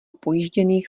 pojížděných